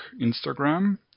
Instagram